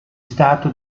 stato